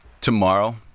tomorrow